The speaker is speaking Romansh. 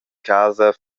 casa